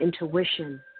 intuition